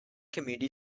community